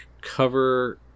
cover